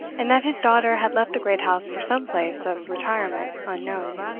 and that his daughter had left the great house for some place of retirement unknown.